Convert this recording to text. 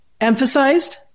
emphasized